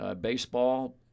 Baseball